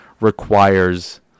requires